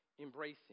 embracing